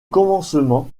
commencement